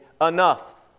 enough